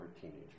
teenager